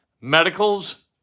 Medicals